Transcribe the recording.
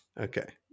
Okay